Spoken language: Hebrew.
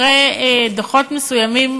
אחרי דוחות מסוימים,